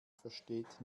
versteht